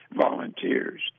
Volunteers